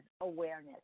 awareness